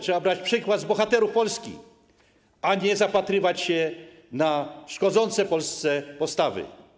Trzeba brać przykład z bohaterów Polski, a nie zapatrywać się na szkodzące Polsce postawy.